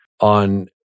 on